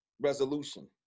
resolution